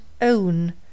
own